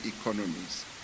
economies